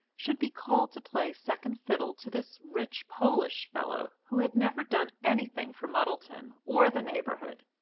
should be called to play second fiddle to this rich polish fellow who had never done anything for muddleton or the neighbourhood.